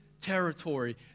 territory